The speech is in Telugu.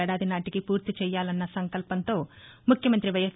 వీడాది నాటికి పూర్తి చేయాలన్న సంకల్పంతో ముఖ్యమంతి వైఎస్